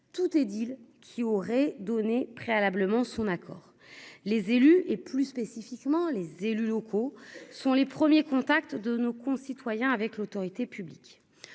tout est dit-il, qui aurait donné préalablement son accord, les élus et, plus spécifiquement, les élus locaux sont les premiers contacts de nos concitoyens, avec l'autorité publique